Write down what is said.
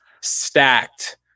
stacked